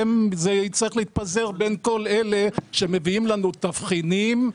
זה יצטרך להתפזר בין כל אלה שמביאים לנו תבחינים,